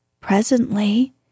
Presently